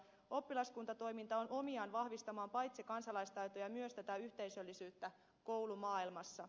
oppilaskuntatoiminta on omiaan vahvistamaan paitsi kansalaistaitoja myös tätä yhteisöllisyyttä koulumaailmassa